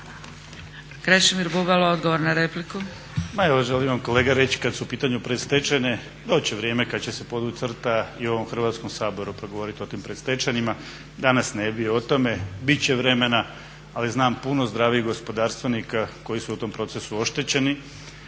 Krešimir Bubalo, odgovor na repliku.